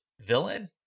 villain